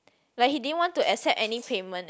like he didn't want to accept any payment leh